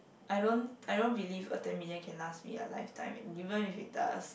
I don't I don't believe a ten million can last me a live time and even if it does